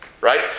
right